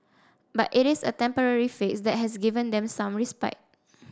but it is a temporary fix that has given them some respite